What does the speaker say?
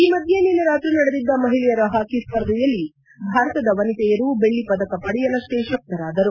ಈ ಮಧ್ಯೆ ನಿನ್ನೆ ರಾತ್ರಿ ನಡೆದಿದ್ದ ಮಹಿಳೆಯರ ಪಾಕಿ ಸ್ಪರ್ಧೆಯಲ್ಲಿ ಭಾರತದ ವನಿತೆಯರು ಬೆಳ್ಳಿ ಪದಕ ಪಡೆಯಲಷ್ಟೇ ಶಕ್ತರಾದರು